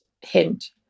hint